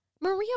Maria